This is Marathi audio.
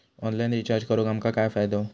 ऑनलाइन रिचार्ज करून आमका काय फायदो?